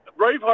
Braveheart